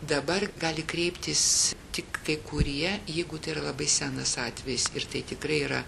dabar gali kreiptis tik kai kurie jeigu tai yra labai senas atvejis ir tai tikrai yra